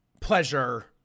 pleasure